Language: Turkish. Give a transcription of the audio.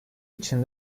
için